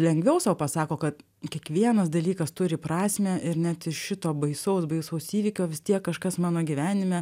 lengviau sau pasako kad kiekvienas dalykas turi prasmę ir net iš šito baisaus baisaus įvykio vis tiek kažkas mano gyvenime